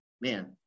man